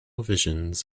visions